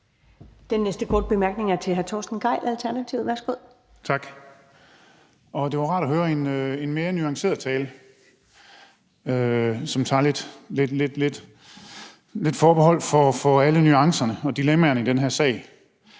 Den næste korte bemærkning er til hr. Torsten Gejl, Alternativet. Værsgo. Kl. 22:38 Torsten Gejl (ALT): Det var rart at høre en mere nuanceret tale, som tager lidt højde for alle nuancerne og dilemmaerne i den her sag.